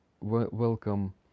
welcome